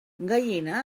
gallina